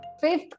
Fifth